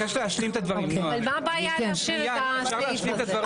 אבל מה הבעיה להשאיר את הסעיף הזה?